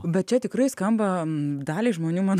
bet čia tikrai skamba daliai žmonių man